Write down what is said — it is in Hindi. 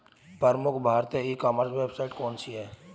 प्रमुख भारतीय ई कॉमर्स वेबसाइट कौन कौन सी हैं?